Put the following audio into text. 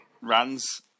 runs